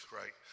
right